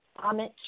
Amit